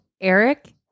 Eric